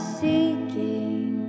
seeking